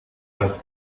das